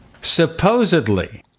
Supposedly